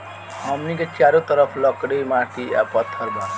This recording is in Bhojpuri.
हमनी के चारो तरफ लकड़ी माटी आ पत्थर बा